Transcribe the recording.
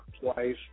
twice